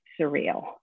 surreal